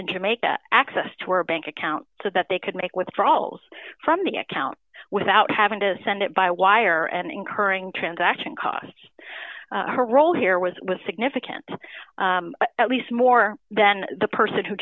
in jamaica access to our bank account so that they could make withdrawals from the account without having to send it by wire and incurring transaction cost her role here was with significant at least more than the person who